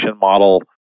model